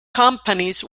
companies